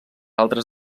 altres